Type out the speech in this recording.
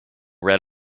red